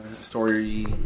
story